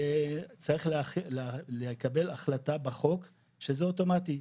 צריך לקבל החלטה בחוק שזה אוטומטי.